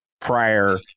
prior